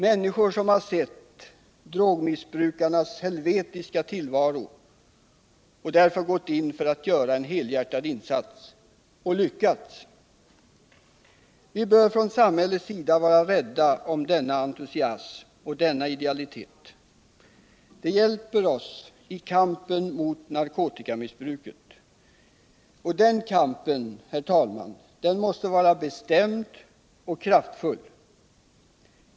Människor som har sett drogmissbrukarnas helvetiska tillvaro har gått in för att göra en helhjärtad insats — och lyckats. Vi bör från samhällets sida vara rädda om denna entusiasm och idealitet, som hjälper oss i kampen mot narkotikamissbruket. Den kampen måste vara bestämd och kraftfull.